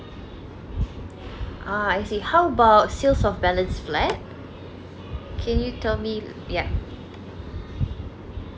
ah I see how about sales of balance flat can you tell me yea